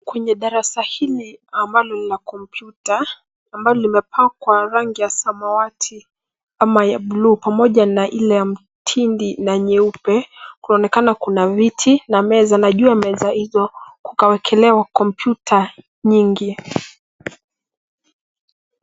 Kwenye darasa hili ambalo lina kompyuta ambalo limepakwa rangi ya samawati ama ya buluu pamoja na ile ya mtindi na nyeupe kuonekana kuna miti na meza na juu ya meza hizo kukawekelewa kompyuta nyingi.